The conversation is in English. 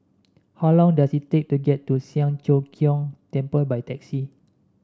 how long does it take to get to Siang Cho Keong Temple by taxi